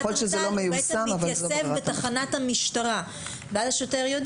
יכול להיות שזה לא מיושם, אבל זו ברירת המחדל.